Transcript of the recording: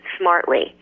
smartly